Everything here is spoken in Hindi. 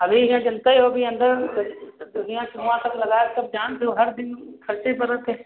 अभी हियाँ जनतै हो अभी अन्दर तक तो हियाँ से हुआँ तक लगाए सब जान थो हर दिन खर्चै बरत है